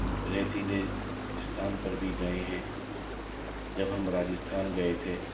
ریتیلے استھان پر بھی گئے ہیں جب ہم راجستھان گئے تھے